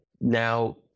now